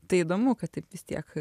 tai įdomu kad taip vis tiek